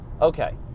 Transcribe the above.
okay